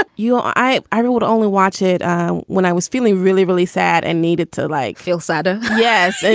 ah you i i i would only watch it when i was feeling really, really sad and needed to, like, feel sad. ah yes.